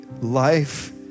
life